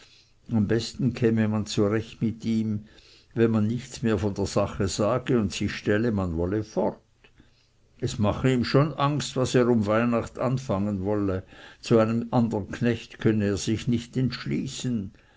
am besten käme man zurecht mit ihm wenn man nichts mehr von der sache sage und sich stelle man wolle fort es mache ihm jetzt schon angst was er um weihnacht anfangen wolle zu einem andern knecht könne er sich nicht entschließen